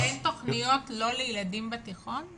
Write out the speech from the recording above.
אין תכניות לא לילדים בתיכון?